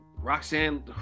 Roxanne